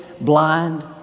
blind